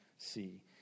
See